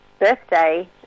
birthday